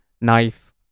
knife